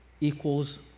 equals